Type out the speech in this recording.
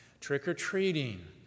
trick-or-treating